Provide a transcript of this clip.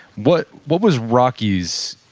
what what was rocky's,